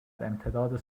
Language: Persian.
امتداد